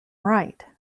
right